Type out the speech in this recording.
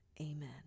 Amen